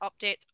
updates